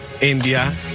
India